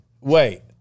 Wait